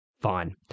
fine